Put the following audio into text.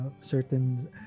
certain